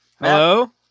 Hello